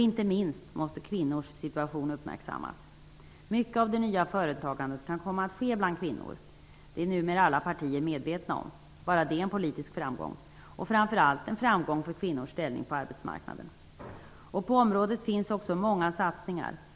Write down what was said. Inte minst måste kvinnors situation uppmärksammas. Mycket av det nya företagandet kan komma att ske bland kvinnor. Det är numera alla partier medvetna om -- bara det är en politisk framgång och framför allt en framgång för kvinnors ställning på arbetsmarknaden. På området görs det också många satsningar.